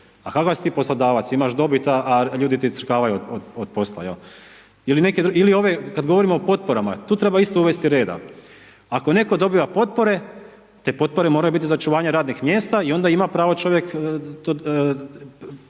Pa kakav si ti poslodavac, imaš dobit, a ljudi ti crkavaju od posla. Ili ove, kada govorimo o potporama, tu isto moramo uvesti reda. Ako netko dobiva potpore, te potpore moraju biti za očuvanje radnih mjesta i onda ima pravo čovjek